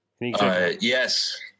Yes